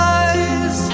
eyes